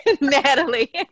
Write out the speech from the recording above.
Natalie